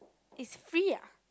is free ah